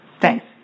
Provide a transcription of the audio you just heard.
Thanks